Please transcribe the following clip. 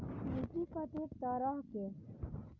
मिट्टी कतेक तरह के?